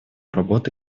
работы